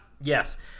Yes